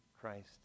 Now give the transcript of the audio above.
Christ